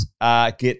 get